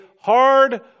hard